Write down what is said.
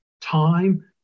time